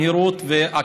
מהירות ועקיפות.